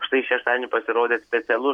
štai šeštadienį pasirodė specialus